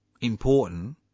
important